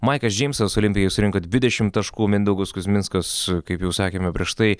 maikas džeimsas olimpijai surinko dvidešim taškų mindaugas kuzminskas kaip jau sakėme prieš tai